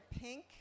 pink